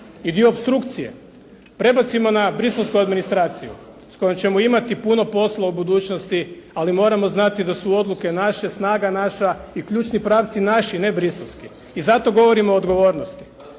i dio opstrukcije prebacimo na bruxellesku administraciju s kojom ćemo imati puno posla u budućnosti, ali moramo znati da su odluke naše, snaga naša i ključni pravci naši ne bruxelleski i zato govorimo o odgovornosti.